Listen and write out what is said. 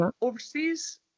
Overseas